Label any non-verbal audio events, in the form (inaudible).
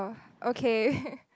okay (laughs)